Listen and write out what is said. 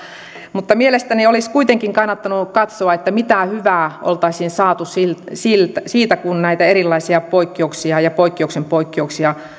mutta mielestäni olisi kuitenkin kannattanut katsoa mitä hyvää oltaisiin saatu siitä kun näitä erilaisia poikkeuksia ja poikkeuksen poikkeuksia